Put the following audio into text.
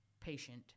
patient